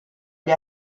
gli